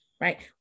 right